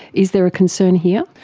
is there a concern here?